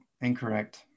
incorrect